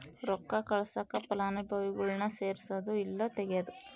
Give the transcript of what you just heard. ರೊಕ್ಕ ಕಳ್ಸಾಕ ಫಲಾನುಭವಿಗುಳ್ನ ಸೇರ್ಸದು ಇಲ್ಲಾ ತೆಗೇದು